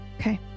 Okay